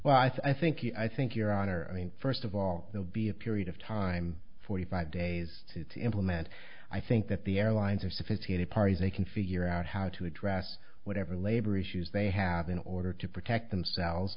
well i think i think your honor i mean first of all they'll be a period of time forty five days to implement i think that the airlines are sophisticated parties they can figure out how to address whatever labor issues they have in order to protect themselves